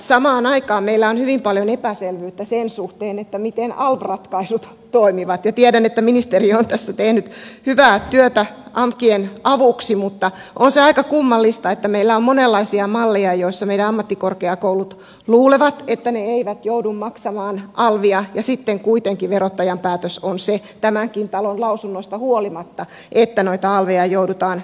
samaan aikaan meillä on hyvin paljon epäselvyyttä sen suhteen miten alv ratkaisut toimivat ja tiedän että ministeriö on tässä tehnyt hyvää työtä amkien avuksi mutta on se aika kummallista että meillä on monenlaisia malleja joiden osalta meidän ammattikorkeakoulut luulevat että ne eivät joudu maksamaan alvia ja sitten kuitenkin verottajan päätös on tämänkin talon lausunnosta huolimatta se että noita alveja joudutaan maksamaan